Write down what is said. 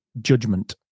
judgment